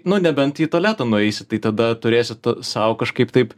nu nebent į tualetą nueisi tai tada turėsi sau kažkaip taip